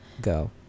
go